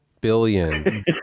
billion